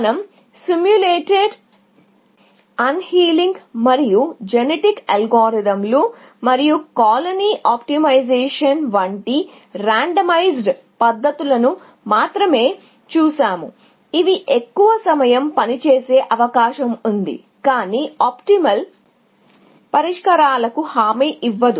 మనము simulated annealing మరియు genetic అల్గోరిథంలు మరియు కాలనీ ఆప్టిమైజేషన్ వంటి రాండమైజ్డ్ పద్ధతులను మాత్రమే చూశాము ఇవి ఎక్కువ సమయం పనిచేసే అవకాశం ఉంది కానీ ఆప్టిమల్ పరిష్కారాలకు హామీ ఇవ్వదు